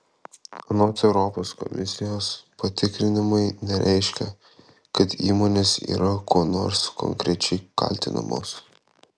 anot europos komisijos patikrinimai nereiškia kad įmonės yra kuo nors konkrečiai kaltinamos